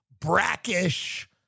brackish